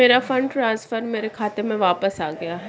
मेरा fund transfer मेरे खाते में वापस आ गया है